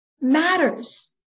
matters